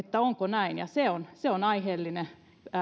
onko näin ja se on se on aiheellinen